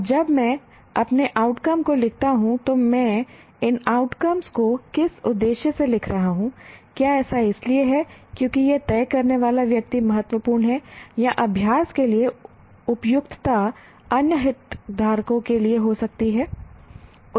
अब जब मैं अपने आउटकम्स को लिखता हूं तो मैं इन आउटकम्स को किस उद्देश्य से लिख रहा हूं क्या ऐसा इसलिए है क्योंकि यह तय करने वाला व्यक्ति महत्वपूर्ण है या अभ्यास के लिए उपयुक्तता अन्य हितधारकों के लिए हो सकती है